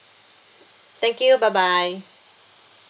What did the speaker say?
thank you bye bye